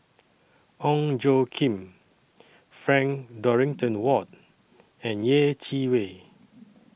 Ong Tjoe Kim Frank Dorrington Ward and Yeh Chi Wei